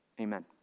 Amen